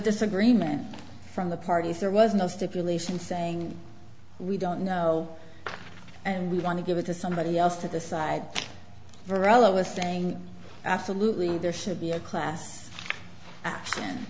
disagreement from the parties there was no stipulation saying we don't know and we want to give it to somebody else to decide barolo is saying absolutely there should be a class and